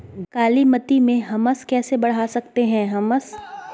कालीमती में हमस कैसे बढ़ा सकते हैं हमस?